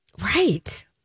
right